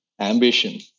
Ambition